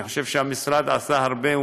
אני חושב שהמשרד עשה הרבה,